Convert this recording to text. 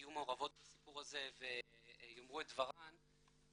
מעורבות בסיפור הזה ויאמרו את דברן,